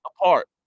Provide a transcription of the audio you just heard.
apart